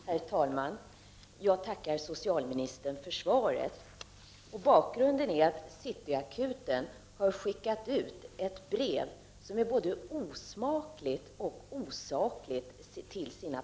Herr talman! Jag tackar socialministern för svaret. Bakgrunden till min fråga är att City Akuten har skickat ett brev till sina patienter som är både osmakligt och osakligt.